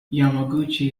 yamaguchi